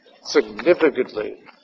significantly